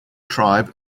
tribe